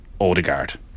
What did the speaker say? Odegaard